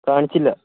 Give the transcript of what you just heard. കാണിച്ചില്ല